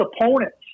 opponents